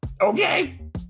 Okay